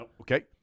Okay